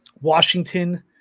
Washington